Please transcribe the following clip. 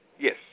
Yes